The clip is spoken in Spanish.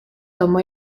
tomó